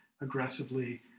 aggressively